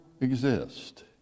exist